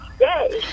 Yay